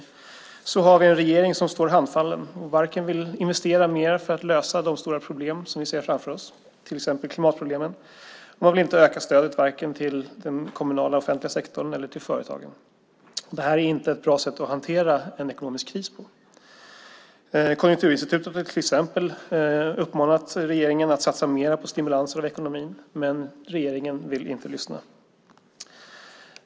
Samtidigt har vi en regering som står handfallen och inte vill investera mer för att lösa de stora problem som vi ser framför oss, till exempel klimatproblemen, och man vill heller inte öka stödet vare sig till den kommunala offentliga sektorn eller till företagen. Det är inte ett bra sätt att hantera en ekonomisk kris. Konjunkturinstitutet har till exempel uppmanat regeringen att satsa mer på stimulans av ekonomin, men regeringen vill inte lyssna.